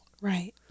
Right